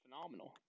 phenomenal